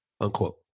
unquote